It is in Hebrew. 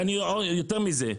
ואני יותר מזה,